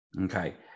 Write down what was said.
Okay